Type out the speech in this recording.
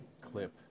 clip